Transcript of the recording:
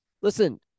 listen